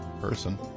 person